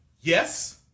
yes